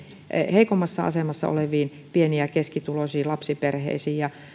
heikoimmassa asemassa oleviin pieni ja keskituloisiin lapsiperheisiin